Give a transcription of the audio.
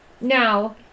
Now